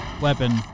weapon